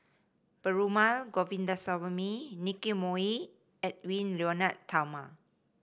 Perumal Govindaswamy Nicky Moey and Edwy Lyonet Talma